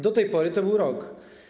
Do tej pory to był rok.